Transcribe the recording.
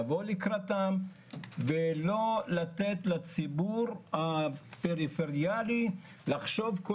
לבוא לקראתם ולא לתת לציבור הפריפריאלי לחשוב כל